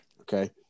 Okay